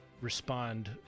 respond